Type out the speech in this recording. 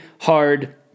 hard